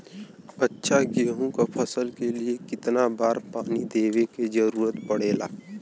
अच्छा गेहूँ क फसल के लिए कितना बार पानी देवे क जरूरत पड़ेला?